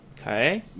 okay